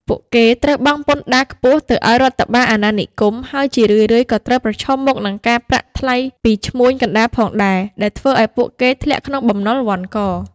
ពួកគេត្រូវបង់ពន្ធដារខ្ពស់ទៅឱ្យរដ្ឋបាលអាណានិគម ហើយជារឿយៗក៏ត្រូវប្រឈមមុខនឹងការប្រាក់ថ្លៃពីឈ្មួញកណ្ដាលផងដែរ ដែលធ្វើឱ្យពួកគេធ្លាក់ក្នុងបំណុលវ័ណ្ឌក។